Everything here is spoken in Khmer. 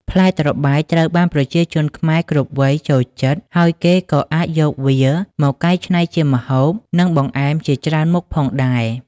ផ្លែត្របែកត្រូវបានប្រជាជនខ្មែរគ្រប់វ័យចូលចិត្ត ហើយគេក៏អាចយកវាមកកែច្នៃជាម្ហូប និងបង្អែមជាច្រើនមុខផងដែរ។